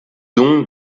don